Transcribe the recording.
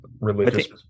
religious